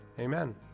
Amen